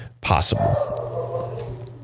possible